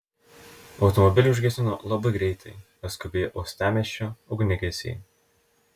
automobilį užgesino labai greitai atskubėję uostamiesčio ugniagesiai